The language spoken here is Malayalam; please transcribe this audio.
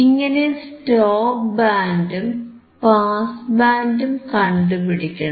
ഇങ്ങനെ സ്റ്റോപ്പ് ബാൻഡും പാസ് ബാൻഡും കണ്ടുപിടിക്കണം